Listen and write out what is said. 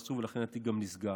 פשוטה: